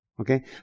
Okay